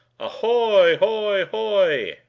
ahoy-hoy-hoy!